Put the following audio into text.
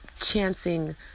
chancing